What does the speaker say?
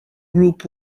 group